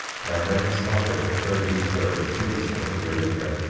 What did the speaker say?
now when his father had heard these words, he was angry with him,